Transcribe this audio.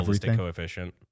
Coefficient